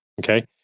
okay